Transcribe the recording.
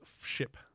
ship